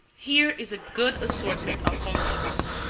here is a good assortment of fondues